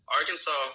Arkansas